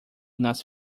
nas